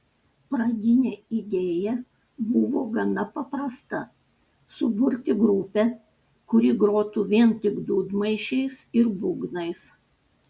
pradinė idėja buvo gana paprasta suburti grupę kuri grotų vien tik dūdmaišiais ir būgnais